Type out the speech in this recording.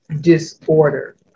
disorder